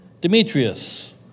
Demetrius